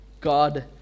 God